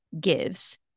gives